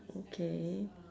okay